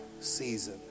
season